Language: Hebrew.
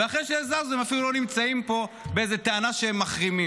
ואחרי שהזזנו הן אפילו לא נמצאות פה בטענה שהם מחרימות.